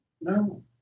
No